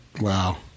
Wow